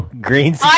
green